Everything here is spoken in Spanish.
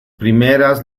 primeras